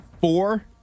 four